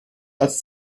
als